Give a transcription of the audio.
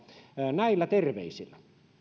näillä terveisillä